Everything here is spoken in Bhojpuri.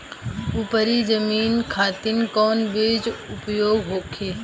उपरी जमीन खातिर कौन बीज उपयोग होखे?